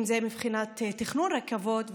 אם זה מבחינת תכנון רכבות,